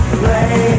play